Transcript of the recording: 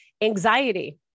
anxiety